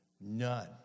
None